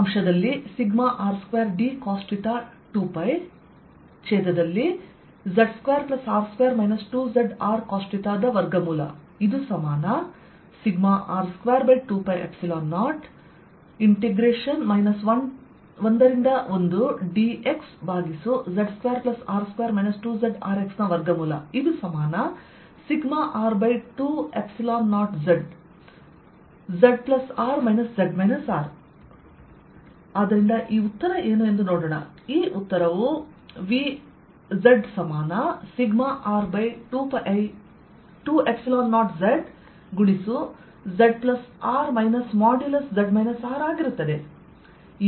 2πz2R2 2zRcosθ R220 11dXz2R2 2zRXσR20zzR z R ಆದ್ದರಿಂದ ಈ ಉತ್ತರ ಏನು ಎಂದು ನೋಡೋಣ ಈ ಉತ್ತರವು V ಸಮಾನ σR20zzR ಮೈನಸ್ ಮಾಡ್ಯುಲಸ್ ಆಗಿರುತ್ತದೆ